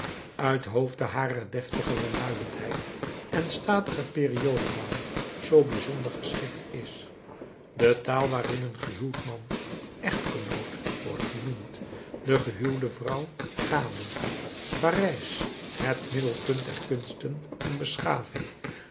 uithoofde harer deftige welluidendheid en statigen periodenbouw zoo bijzonder geschikt is de taal waarin een gehuwd man echtgenoot wordt genoemd de gehuwde vrouw gade parijs het middelpunt der kunsten en beschaving